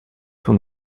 son